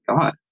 God